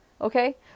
Okay